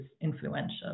influential